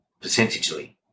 percentageally